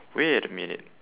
wait a minute